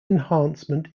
enhancement